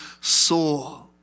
soul